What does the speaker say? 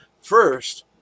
first